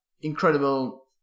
incredible